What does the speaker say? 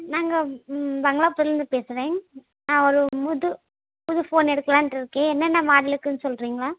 நான் இங்கே பங்களாபுதூர்லேருந்து பேசுகிறேன் நான் ஒரு புது புது ஃபோன் எடுக்கலாம்ட்டுருக்கேன் என்னென்ன மாடல் இருக்குதுன்னு சொல்கிறீங்களா